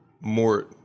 more